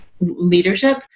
leadership